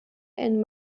ein